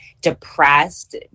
depressed